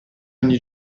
ogni